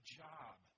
job